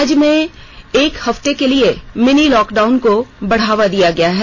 राज्य में एक हफते के लिए मिनी लॉकडाउन को बढ़ा दिया गया है